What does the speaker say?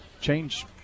change